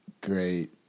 great